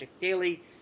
Daily